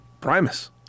Primus